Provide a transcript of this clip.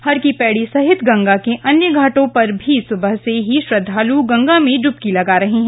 हर की पैड़ी सहित गंगा के अन्य घाटों पर भी सुबह से ही श्रद्धाल गंगा में डुबकी लगा रहे हैं